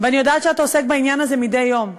ואני יודעת שאתה עוסק בעניין הזה מדי יום.